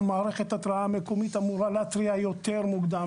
מערכת ההתרעה המקומית אמורה להתריע יותר מוקדם,